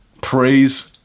Praise